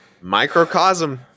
microcosm